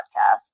podcast